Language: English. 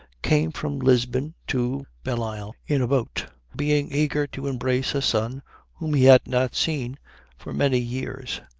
came from lisbon to bellisle in a boat, being eager to embrace a son whom he had not seen for many years.